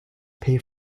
pay